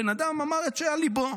הבן אדם אמר את שעל ליבו,